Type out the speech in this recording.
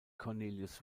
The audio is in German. cornelius